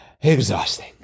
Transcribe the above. exhausting